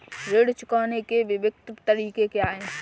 ऋण चुकाने के विभिन्न तरीके क्या हैं?